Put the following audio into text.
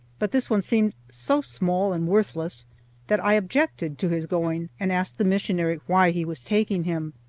but this one seemed so small and worthless that i objected to his going, and asked the missionary why he was taking him.